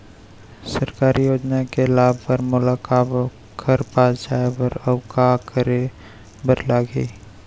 सरकारी योजना के लाभ बर मोला काखर पास जाए बर अऊ का का करे बर लागही?